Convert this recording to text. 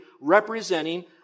representing